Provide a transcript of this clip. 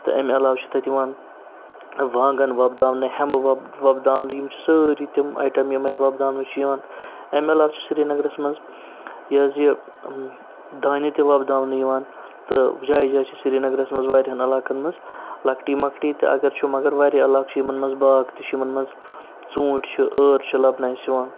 تہٕ امہِ علاوٕ چھِ تَتہِ یِوان وانٛگَن وۄپداونہٕ ہٮ۪مبہٕ وۄپ وۄپداونہٕ یِم چھِ سٲری تِم اَیٹَم یِم اَتہِ وۄپداونہٕ چھِ یِوان اَمہِ علاوٕ چھِ سرینَگرَس منٛز یہِ حظ یہِ دانہِ تہِ وۄپداونہٕ یِوان تہٕ جایہِ جایہِ چھِ سرینَگرَس منٛز واریاہَن علاقَن منٛز لۄکٹی مۄکٹی تہِ اگر چھُ مگر واریاہ علاقہٕ چھُ یِمَن منٛز باغ تہِ چھُ یِمَن منٛز ژوٗنٛٹھۍ چھِ ٲر چھِ لَبنہٕ اَسہِ یِوان